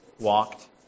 Walked